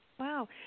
Wow